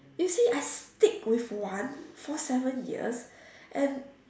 you see I stick with one for seven years and